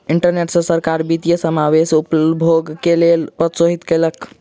internet सॅ सरकार वित्तीय समावेशक उपयोगक लेल प्रोत्साहित कयलक